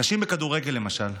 נשים בכדורגל, למשל,